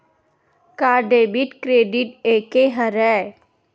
का debit credit एके हरय?